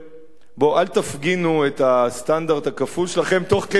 אל תפגינו את הסטנדרט הכפול שלכם תוך כדי הדיון.